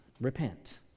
repent